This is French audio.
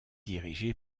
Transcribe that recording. dirigé